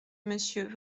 monsieur